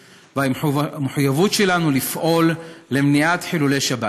והמחויבות שלנו לפעול למניעת חילול שבת.